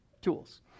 tools